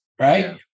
right